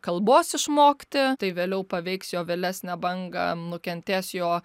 kalbos išmokti tai vėliau paveiks jo vėlesnę bangą nukentės jo